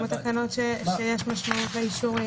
זה לא כמו התקנות שיש משמעות לאישור?